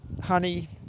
honey